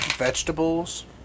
Vegetables